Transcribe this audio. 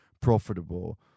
profitable